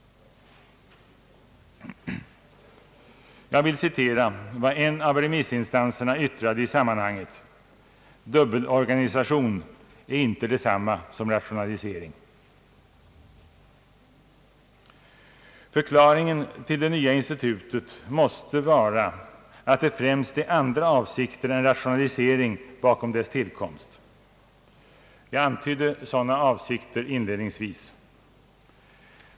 Jag vill citera vad en av remissinstanserna yttrat i sammanhanget: »Dubbelorganisation är inte detsamma som rationalisering.» Förklaringen till det nya institutet måste vara att det främst är andra avsikter än rationalisering bakom dess tillkomst. Jag antydde dessa avsikter inledningsvis.